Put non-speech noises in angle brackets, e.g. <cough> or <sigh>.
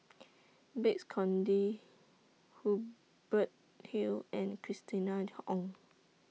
<noise> Babes Conde Hubert Hill and Christina Ong